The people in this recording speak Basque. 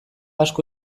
asko